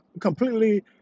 completely